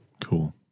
Cool